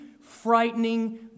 frightening